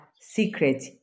secret